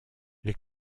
les